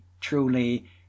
truly